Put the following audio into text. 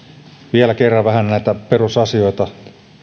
vielä kerran vähän näitä perusasioita